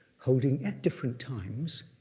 holding at different times,